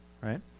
Right